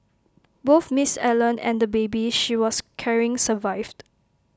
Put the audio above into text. both miss Allen and the baby she was carrying survived